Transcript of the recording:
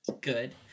good